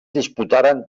disputaren